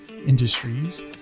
Industries